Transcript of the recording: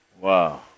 Wow